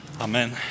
Amen